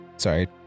Sorry